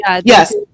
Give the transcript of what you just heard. Yes